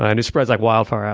and spreads like wildfire,